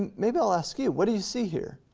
and maybe i'll ask you, what do you see here?